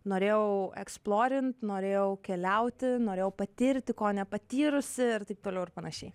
norėjau eksplorint norėjau keliauti norėjau patirti ko nepatyrusi ir taip toliau ir panašiai